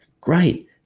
great